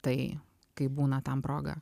tai kai būna tam proga